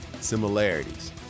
similarities